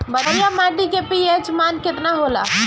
बढ़िया माटी के पी.एच मान केतना होला?